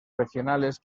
regionales